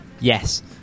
yes